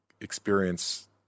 experience